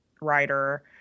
writer